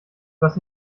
was